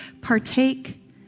partake